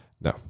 No